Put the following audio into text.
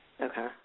Okay